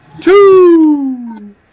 Two